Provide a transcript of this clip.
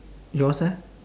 yours eh